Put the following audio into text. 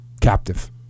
captive